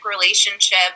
relationship